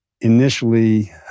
initially